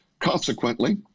Consequently